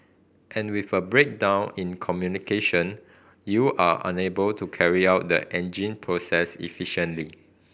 and with a breakdown in communication you are unable to carry out the engine process efficiently